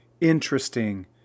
interesting